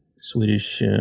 Swedish